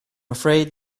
afraid